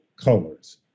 colors